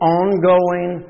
ongoing